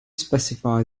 specify